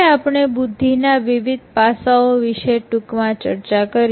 હવે આપણે બુદ્ધિના વિવિધ પાસાઓ વિશે ટૂંકમાં ચર્ચા કરી